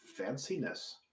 Fanciness